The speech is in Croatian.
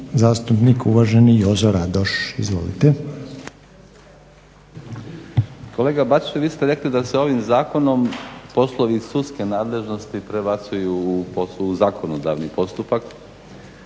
zastupnik uvaženi Jozo Radoš. Izvolite. **Radoš, Jozo (HNS)** Kolega Bačić vi ste rekli da se ovim Zakonom poslovi iz sudske nadležnosti prebacuju u zakonodavni postupak.